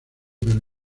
pero